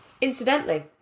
incidentally